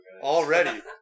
Already